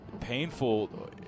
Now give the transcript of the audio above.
painful